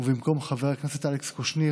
ובמקום חבר הכנסת אלכס קושניר,